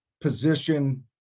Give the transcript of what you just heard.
position